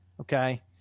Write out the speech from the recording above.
okay